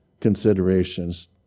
considerations